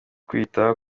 kwita